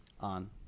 On